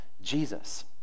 Jesus